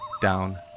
Down